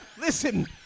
Listen